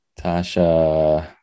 Tasha